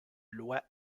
loi